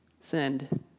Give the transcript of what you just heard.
send